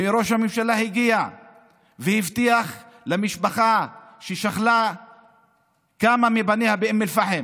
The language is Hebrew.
וראש הממשלה הגיע והבטיח למשפחה ששכלה כמה מבניה באום אל-פחם